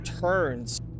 turns